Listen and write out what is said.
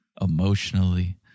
emotionally